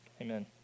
Amen